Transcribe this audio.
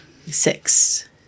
Six